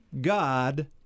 God